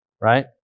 Right